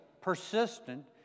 persistent